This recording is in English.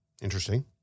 Interesting